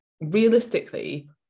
Realistically